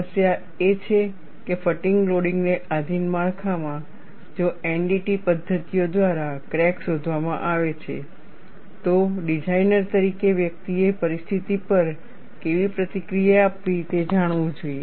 સમસ્યા એ છે કે ફટીગ લોડિંગને આધિન માળખામાં જો NDT પદ્ધતિઓ દ્વારા ક્રેક શોધવામાં આવે છે તો ડિઝાઇનર તરીકે વ્યક્તિએ પરિસ્થિતિ પર કેવી રીતે પ્રતિક્રિયા આપવી તે જાણવું જોઈએ